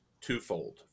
twofold